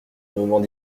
moments